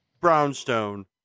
brownstone